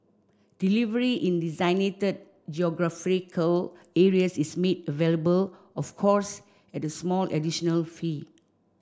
delivery in designated geographical areas is made available of course at small additional fee